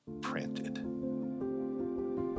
printed